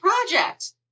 project